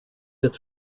its